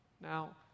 Now